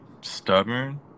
Stubborn